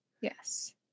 Yes